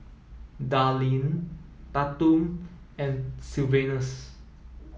Darleen Tatum and Sylvanus